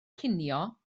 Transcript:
cinio